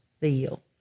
feel